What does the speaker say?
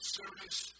service